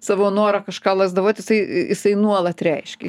savo norą kažką lazdavot jisai jisai nuolat reiškia